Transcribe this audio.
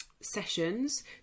sessions